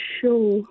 sure